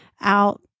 out